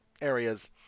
areas